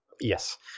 Yes